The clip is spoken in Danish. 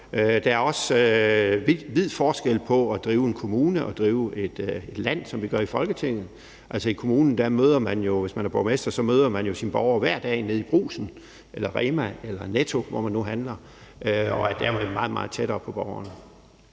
Der er også vid forskel på at drive en kommune og drive et land, som vi gør i Folketinget. Altså, hvis man er borgmester i en kommune, møder man jo sine borgere hver dag nede i brugsen, REMA 1000 eller Netto, eller hvor man nu handler, og dermed er man jo meget, meget tættere på borgerne.